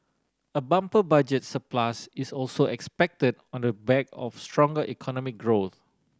a bumper Budget surplus is also expected on the back of stronger economic growth